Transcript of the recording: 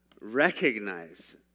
recognize